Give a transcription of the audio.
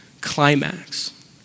climax